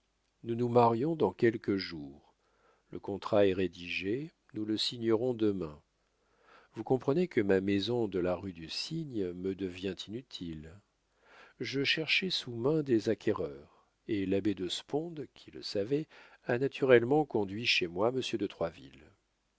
nous nous marions dans quelques jours le contrat est rédigé nous le signerons demain vous comprenez que ma maison de la rue du cygne me devient inutile je cherchais sous main des acquéreurs et l'abbé de sponde qui le savait a naturellement conduit chez moi monsieur de